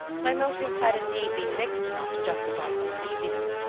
my motives had indeed been mixed enough to justify some uneasiness,